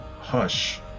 hush